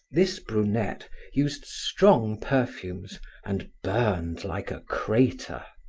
this brunette used strong perfumes and burned like a crater.